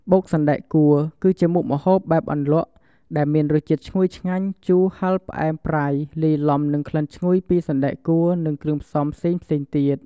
បុកសណ្តែកគួរ គឺជាមុខម្ហូបបែបអន្លក់ ដែលមានរសជាតិឈ្ងុយឆ្ងាញ់ ជូរ ហឹរ ផ្អែម ប្រៃ លាយឡំនឹងក្លិនឈ្ងុយពីសណ្ដែកគួរនិងគ្រឿងផ្សំផ្សេងៗទៀត។